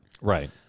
Right